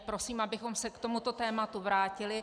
Prosím, abychom se k tomuto tématu vrátili.